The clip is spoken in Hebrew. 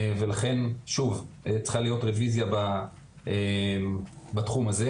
ולכן שוב צריכה להיות רוויזיה בתחום הזה.